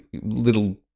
little